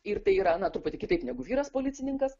ir tai yra na truputį kitaip negu vyras policininkas